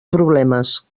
problemes